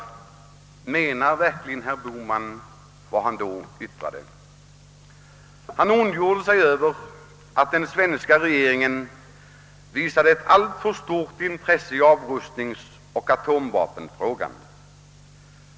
Menar verkligen herr Bohman vad han då yttrade? Han ondgjorde sig över att den svenska regeringen visade ett alltför stort intresse i avrustningsoch atomvapenfrågan.